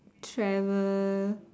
travel